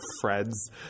Fred's